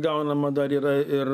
gaunama dar yra ir